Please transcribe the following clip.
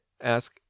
Ask